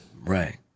right